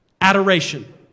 Adoration